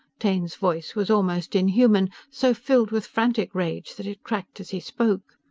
taine's voice was almost unhuman so filled with frantic rage that it cracked as he spoke.